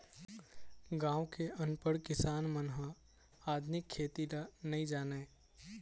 गाँव के अनपढ़ किसान मन ह आधुनिक खेती ल नइ जानय